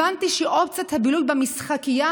הבנתי שאופציות הבילוי במשחקייה,